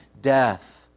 death